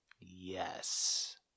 Yes